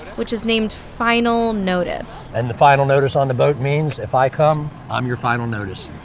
which is named final notice and the final notice on the boat means, if i come, i'm your final notice.